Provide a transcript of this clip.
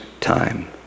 time